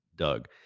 Doug